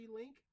link